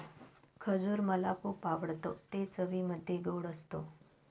खजूर मला खुप आवडतं ते चवीमध्ये गोड असत